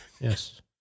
Yes